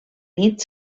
nit